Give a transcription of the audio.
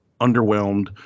underwhelmed